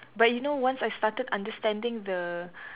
but you know once I started understanding the